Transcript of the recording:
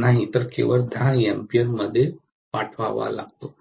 नाही तर केवळ 10 A मध्ये पाठवावा लागतो